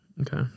Okay